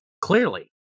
Clearly